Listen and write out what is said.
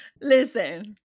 Listen